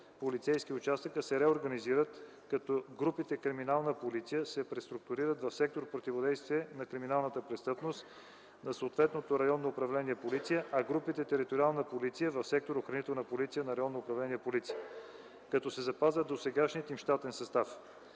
полицейски участъка се реорганизират като групите „Криминална полиция” се преструктурират в сектор „Противодействие на криминалната престъпност” на съответното районно управление „Полиция”, а групите „Териториална полиция” – в сектор „Охранителна полиция” на районно управление „Полиция”, като се запазва досегашният им щатен състав.